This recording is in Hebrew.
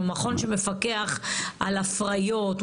הוא מכון שמפקח על הפריות,